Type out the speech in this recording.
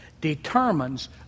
determines